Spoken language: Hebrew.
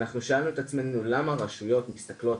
אנחנו שאלנו את עצמנו למה רשויות מסתכלות